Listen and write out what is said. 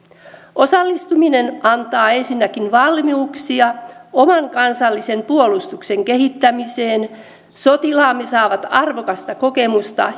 osallistuminen antaa ensinnäkin valmiuksia oman kansallisen puolustuksen kehittämiseen sotilaamme saavat arvokasta kokemusta